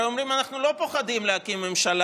הרי אומרים: אנחנו לא פוחדים להקים ממשלה